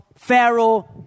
Pharaoh